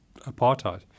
apartheid